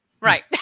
Right